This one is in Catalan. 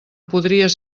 podries